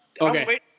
Okay